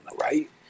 right